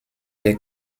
der